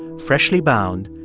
freshly-bound,